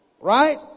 Right